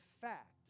fact